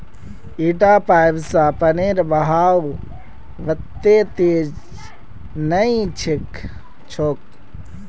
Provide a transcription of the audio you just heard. इटा पाइप स पानीर बहाव वत्ते तेज नइ छोक